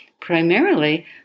primarily